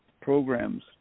programs